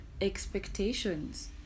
expectations